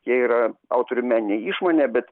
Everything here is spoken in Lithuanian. jie yra autorių meninė išmonė bet